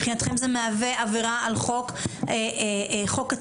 מבחינתכם זה מהווה עבירה על חוק הטרור?